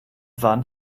wann